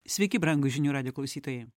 sveiki brangūs žinių radijo klausytojai